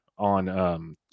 On